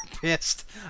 pissed